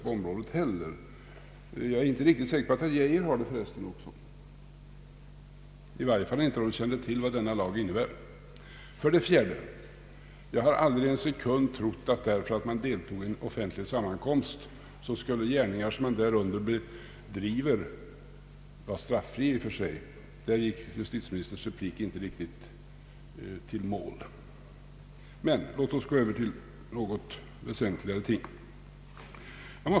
Jag är förresten inte säker på att herr Geijer heller har det, i varje fall inte om man kände till vad denna lag innebär. För det fjärde: Jag har aldrig en sekund trott att därför att man deltar i en offentlig sammankomst skulle gärningar, som man därunder bedriver, i och för sig vara straffria. Där gick justitieministerns replik inte riktigt in. Men låt oss gå över till något väsentligare ting.